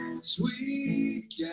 sweet